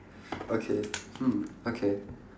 okay hmm okay